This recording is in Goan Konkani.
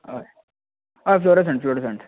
हय हय फ्लोरसंट फ्लोरोसंट